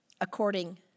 according